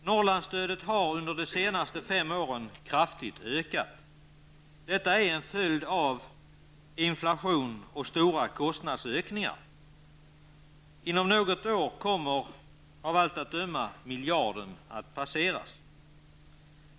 Norrlandsstödet har under de senaste fem åren ökat kraftigt. Det är en följd av inflation och stora kostnadsökningar. Inom något år kommer av allt att döma miljarden att passeras.